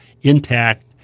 intact